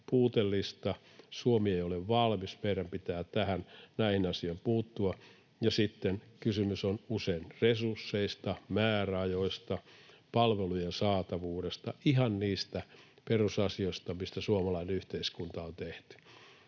Suomi ei ole valmis. Meidän pitää näihin asioihin puuttua. Kysymys on usein resursseista, määräajoista, palvelujen saatavuudesta, ihan niistä perusasioista, mistä suomalainen yhteiskunta on tehty,